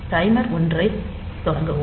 timer 1 ஐத் தொடங்கவும்